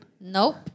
Nope